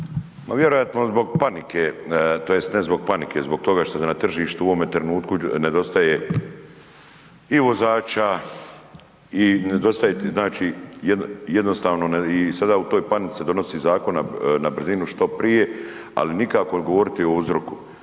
Vjerojatno zbog panike, tj. ne zbog panike zbog toga što na tržištu u ovome trenutku nedostaje i vozača i nedostaje i sada se u toj panici donosi zakon na brzinu što prije, ali nikako govoriti o uzroku.